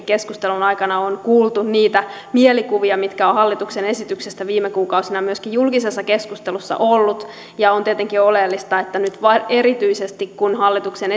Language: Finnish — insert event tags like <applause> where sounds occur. <unintelligible> keskustelun aikana on kuultu niitä mielikuvia mitä on hallituksen esityksestä viime kuukausina myöskin julkisessa keskustelussa ollut ja on tietenkin oleellista että erityisesti nyt kun hallituksen <unintelligible>